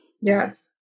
Yes